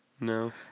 No